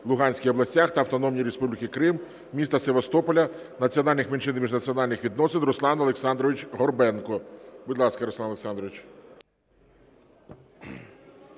Луганській областях та Автономній Республіки Крим, міста Севастополя, національних меншин і міжнаціональних відносин Руслан Олександрович Горбенко. Будь ласка, Руслане Олександровичу.